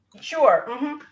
sure